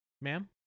Ma'am